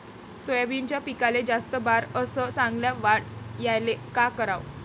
सोयाबीनच्या पिकाले जास्त बार अस चांगल्या वाढ यायले का कराव?